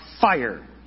fire